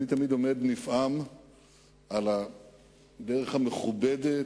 אני תמיד עומד נפעם מהדרך המכובדת,